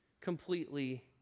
completely